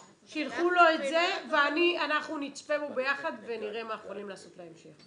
שלחו לו את זה ואנחנו נצפה בו ביחד ונראה מה אנחנו יכולים לעשות בהמשך.